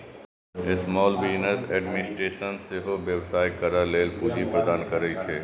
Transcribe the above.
small business administration सेहो व्यवसाय करै लेल पूंजी प्रदान करै छै